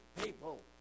people